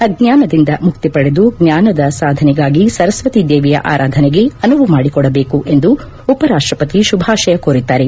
ಅಜ್ಞಾನದಿಂದ ಮುಕ್ತಿ ಪಡೆದು ಜ್ಞಾನದ ಸಾಧನೆಗಾಗಿ ಸರಸ್ನತಿ ದೇವಿಯ ಆರಾಧನೆ ಅನುವು ಮಾಡಿಕೊಡಲು ಎಂದು ಉಪರಾಷ್ಟಪತಿ ಶುಭಾಶಯ ಕೋರಿದ್ದಾರೆ